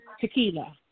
tequila